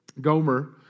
Gomer